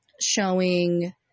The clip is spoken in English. showing